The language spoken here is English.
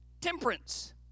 temperance